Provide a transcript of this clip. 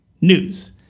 news